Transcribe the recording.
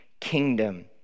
kingdom